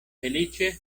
feliĉe